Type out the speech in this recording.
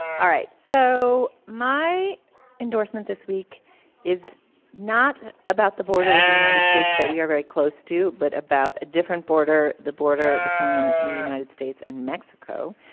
all right. so my endorsement this week is not about the border with the united states that we are very close to but about a different border the border between the united states and mexico.